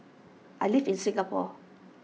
I live in Singapore